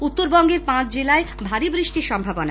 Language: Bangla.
উত্তরবঙ্গে পাঁচ জেলায় ভারি বৃষ্টির সম্ভাবনা